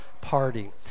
party